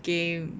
game